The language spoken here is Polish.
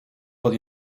pod